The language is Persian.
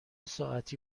ساعتی